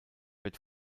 wird